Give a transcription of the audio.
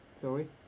Sorry